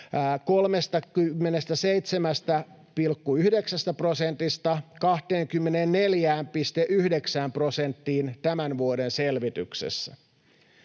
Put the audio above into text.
37,9 prosentista 24,9 prosenttiin tämän vuoden selvityksessä.